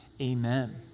amen